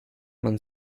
man